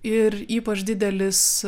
ir ypač didelis